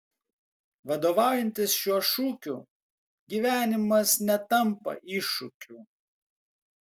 vadovaujantis šiuo šūkiu gyvenimas netampa iššūkiu